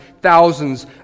thousands